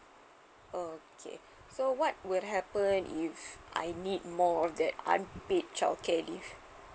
okay so what would happen if I need more of that unpaid childcare leave